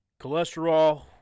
cholesterol